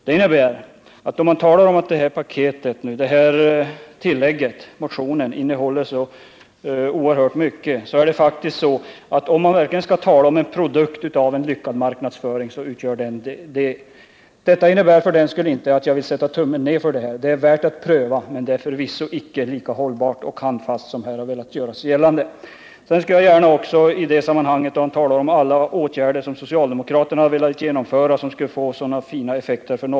Socialdemokraterna säger att motionen innehåller så oerhört mycket. Det gör den alltså inte — det är snarare fråga om en produkt av en lyckad marknadsföring. Vad jag nu har sagt innebär inte att jag vill sätta tummen ned för de föreslagna åtgärderna — de är värda att prövas, men de är förvisso inte lika hållbara och handfasta som man har velat göra gällande.